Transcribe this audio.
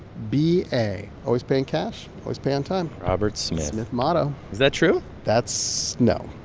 b a. always pay in cash, always pay on time robert smith smith motto is that true? that's no.